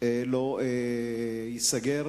לא ייסגר.